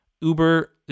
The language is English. Uber